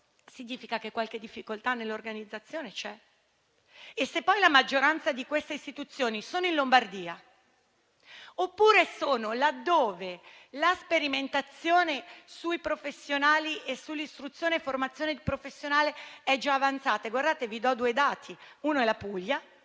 significa che qualche difficoltà nell'organizzazione c'è. La maggioranza di queste istituzioni sono in Lombardia oppure sono laddove la sperimentazione sui professionali e sull'istruzione e formazione professionale è già avanzata.